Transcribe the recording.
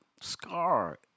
Scar